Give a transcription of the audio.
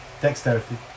Dexterity